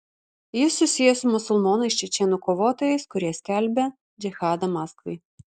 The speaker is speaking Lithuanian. jis susijęs su musulmonais čečėnų kovotojais kurie skelbia džihadą maskvai